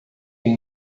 têm